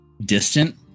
distant